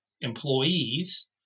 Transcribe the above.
employees